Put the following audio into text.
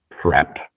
prep